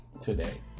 Today